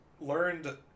learned